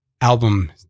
album